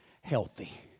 healthy